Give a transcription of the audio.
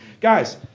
Guys